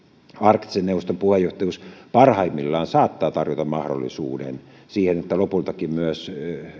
arktisen neuvoston puheenjohtajuus parhaimmillaan saattaa tarjota mahdollisuuden siihen että lopultakin myös